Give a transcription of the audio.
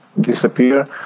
disappear